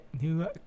new